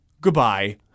Goodbye